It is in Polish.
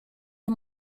nie